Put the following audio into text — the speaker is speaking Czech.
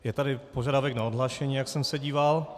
Je tady požadavek na odhlášení, jak jsem se díval.